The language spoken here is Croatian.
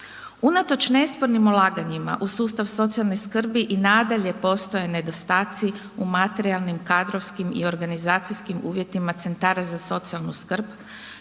Unatoč nespornim ulaganjima u sustav socijalne skrbi i nadalje postoje nedostaci u materijalnim, kadrovskim i organizacijskim uvjetima centara za socijalnu skrb,